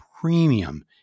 premium